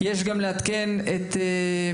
יש לעדכן בנוסף,